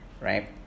right